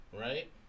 right